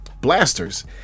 blasters